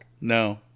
No